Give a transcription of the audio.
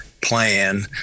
plan